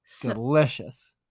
Delicious